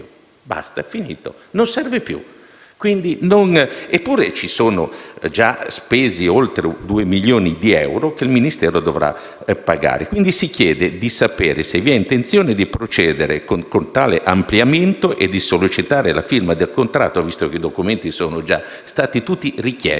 Eppure si sono già spesi oltre 2 milioni di euro che il Ministero dovrà pagare. Si chiede pertanto di sapere se vi sia intenzione di procedere a tale ampliamento e di sollecitare la firma del contratto, visto che i documenti sono già stati tutti richiesti, e se, trattandosi di un appalto pubblico